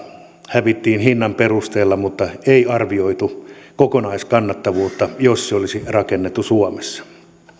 hävittiin hinnan perusteella mutta ei arvioitu kokonaiskannattavuutta jos se olisi rakennettu suomessa